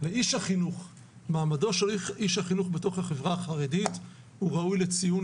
לאיש החינוך; מעמדו של איש החינוך בחברה החרדית ראוי לציון.